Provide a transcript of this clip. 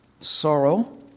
sorrow